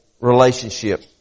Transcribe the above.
relationship